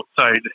outside